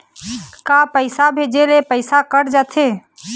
का पैसा भेजे ले पैसा कट जाथे का?